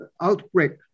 outbreak